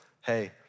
Hey